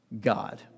God